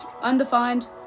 undefined